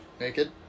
Naked